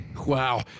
Wow